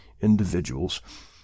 individuals